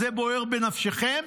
זה בוער בנפשכם?